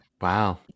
Wow